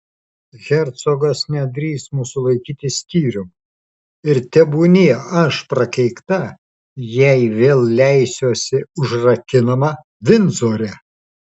hercogas nedrįs mūsų laikyti skyrium ir tebūnie aš prakeikta jei vėl leisiuosi užrakinama vindzore